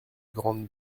grande